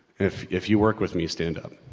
if, if you work with me stand up.